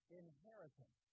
inheritance